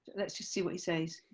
let's just see what he says.